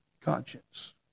conscience